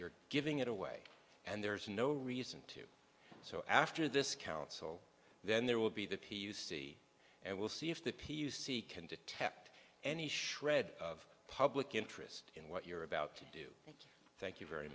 you're giving it away and there's no reason to so after this council then there will be the p u c and we'll see if the p u c can detect any shred of public interest in what you're about to do thank you very